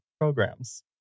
programs